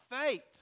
Faith